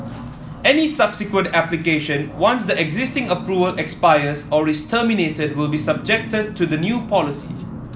any subsequent application once the existing approval expires or is terminated will be subjected to the new policy